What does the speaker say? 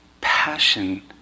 passion